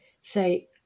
say